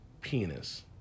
penis